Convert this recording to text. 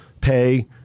pay